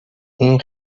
این